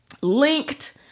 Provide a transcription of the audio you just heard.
linked